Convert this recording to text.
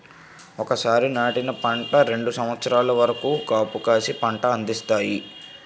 ఒకసారి నాటిన పంట రెండు సంవత్సరాల వరకు కాపుకాసి పంట అందిస్తాయి